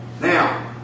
Now